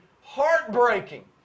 heartbreaking